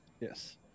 yes